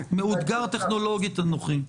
זאת תהיה אכזריות לנתק אותו.